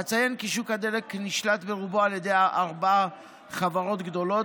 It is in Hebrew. אציין כי שוק הדלק נשלט ברובו על ידי ארבע חברות גדולות,